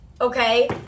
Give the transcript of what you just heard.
Okay